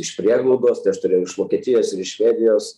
iš prieglaudos tai aš turėjau iš vokietijos ir iš švedijos